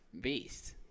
Beast